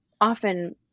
often